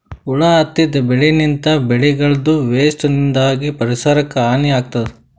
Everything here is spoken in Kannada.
ಹುಳ ಹತ್ತಿದ್ ಬೆಳಿನಿಂತ್, ಬೆಳಿಗಳದೂ ವೇಸ್ಟ್ ನಿಂದಾಗ್ ಪರಿಸರಕ್ಕ್ ಹಾನಿ ಆಗ್ತದ್